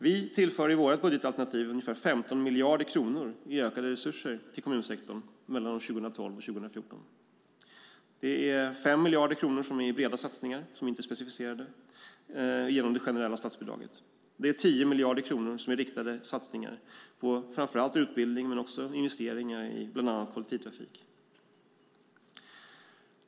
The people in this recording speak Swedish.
Vi tillför i vårt budgetalternativ ungefär 15 miljarder kronor i ökade resurser till kommunsektorn mellan 2012 och 2014. Det är 5 miljarder kronor genom det generella statsbidraget i breda satsningar som inte är specificerade och 10 miljarder kronor i riktade satsningar på framför allt utbildning men också investeringar i bland annat kollektivtrafik.